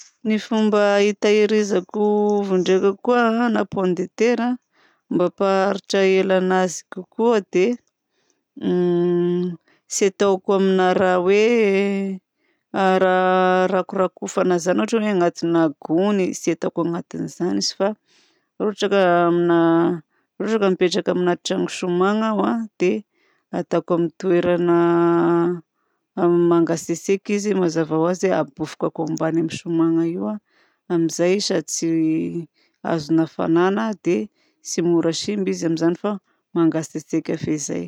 Ny fomba hitehirizako ovy ndraika koa na pomme de terre mba hampaharitra anazy ela kokoa dia tsy ataoko aminahy raha oe raha rakorakofana zany ohatra hoe agnatina gony tsy ataoko anatin'izany izy. Fa raha ohatra ka aminà- raha ohatra ka mipetraka aminahy trano ciment ianao a de ataoko amin'ny toerana mangatsiatsiaka izy mazava ho azy habofokako ambany amin'ny ciment anay io amin'izay izy tsy azon'ny hafagnana dia tsy mora simba izy amin'izany fa mangatsiatsiaka fezay.